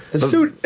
the suit!